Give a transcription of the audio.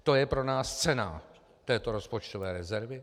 To je pro nás cena této rozpočtové rezervy?